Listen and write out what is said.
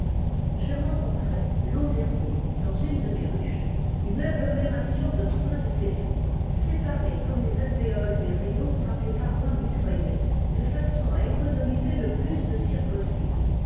j'ai rencontré l'an dernier dans une de mes ruches une agglomération de trois de ces tombes séparées comme les alvéoles des rayons par des parois mitoyennes de façon à économiser le plus de cire possible